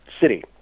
City